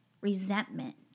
resentment